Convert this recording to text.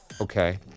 Okay